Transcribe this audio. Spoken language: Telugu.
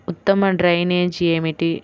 ఉత్తమ డ్రైనేజ్ ఏమిటి?